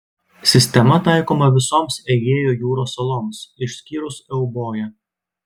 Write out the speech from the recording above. sistema taikoma visoms egėjo jūros saloms išskyrus euboją